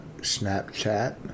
Snapchat